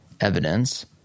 evidence